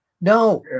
No